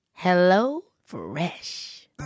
HelloFresh